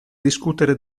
discutere